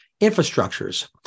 infrastructures